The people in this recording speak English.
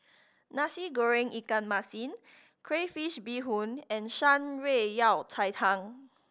Nasi Goreng ikan masin crayfish beehoon and Shan Rui Yao Cai Tang